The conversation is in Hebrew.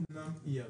ואומנם המחיר ירד,